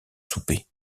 souper